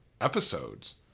episodes